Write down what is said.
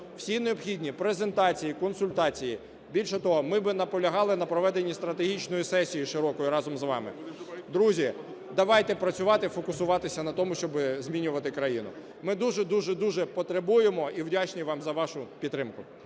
всі необхідні презентації, консультації, більше того, ми би наполягали на проведенні стратегічної сесії широкої разом з вами. Друзі, давайте працювати і фокусуватися на тому, щоб змінювати країну. Ми дуже і дуже потребуємо, і вдячні вам за вашу підтримку.